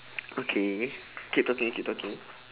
okay keep talking keep talking